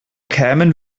kämen